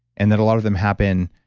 and that a lot of them happen